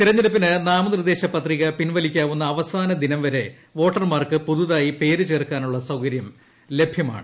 തിരഞ്ഞെടുപ്പിന് നാമനിർദ്ദേശ പത്രിക പിൻവലിക്കാവുന്ന അവസാന ദിനം വരെ വോട്ടർമാർക്ക് പുതുതായി പേര് ചേർക്കാനുള്ള സൌകര്യം ലഭ്യമാണ്